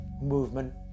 movement